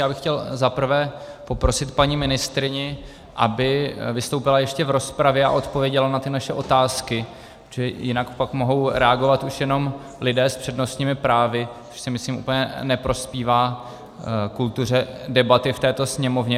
Já bych chtěl za prvé poprosit paní ministryni, aby vystoupila ještě v rozpravě a odpověděla na ty naše otázky, jinak pak mohou reagovat už jenom lidé s přednostními právy, což, myslím, úplně neprospívá kultuře debaty v této Sněmovně.